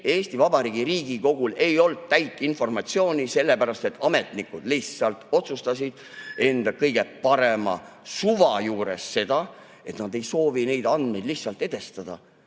Eesti Vabariigi Riigikogul, ei olnud täit informatsiooni, sellepärast et ametnikud lihtsalt otsustasid enda kõige parema suvaga seda, et nad ei soovi neid andmeid edastada.